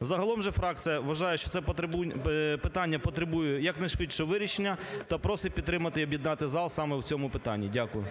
Загалом же фракція вважає, що це питання потребує якнайшвидшого вирішення та просить підтримати і об'єднати зал саме у цьому питанні. Дякую.